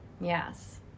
yes